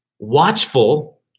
watchful